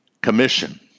commission